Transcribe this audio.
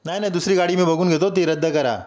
नाही नाही दुसरी गाडी मी बघून घेतो ती रद्द करा